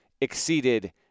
exceeded